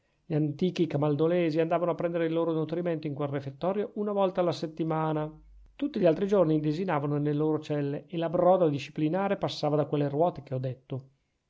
gli antichi camaldolesi andavano a prendere il loro nutrimento in quel refettorio una volta alla settimana tutti gli altri giorni desinavano nelle loro celle e la broda disciplinare passava da quelle ruote che ho detto